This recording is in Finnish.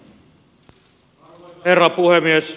arvoisa herra puhemies